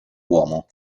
uomo